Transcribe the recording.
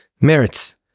merits